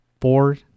four